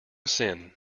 sin